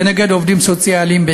בעיקר כנגד עובדים סוציאליים.